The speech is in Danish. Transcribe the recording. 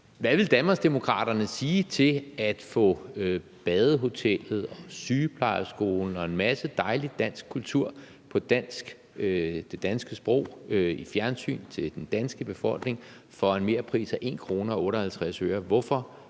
Hvad vil Danmarksdemokraterne sige til at få »Badehotellet«, »Sygeplejeskolen« og en masse dejlig dansk kultur med det danske sprog i fjernsyn til den danske befolkning for en merpris af 1 kr. og